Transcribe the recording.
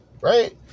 right